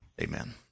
amen